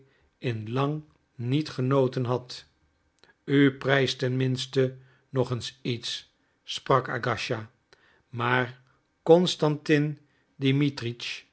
in lang niet genoten had u prijst ten minste nog eens iets sprak agasija maar constantin